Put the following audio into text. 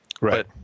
Right